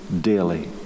daily